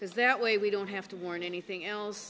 because that way we don't have to warn anything else